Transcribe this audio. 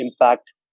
impact